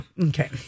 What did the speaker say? Okay